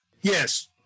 yes